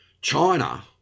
China